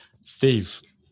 Steve